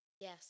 Yes